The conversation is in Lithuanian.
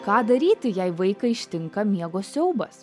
ką daryti jei vaiką ištinka miego siaubas